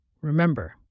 Remember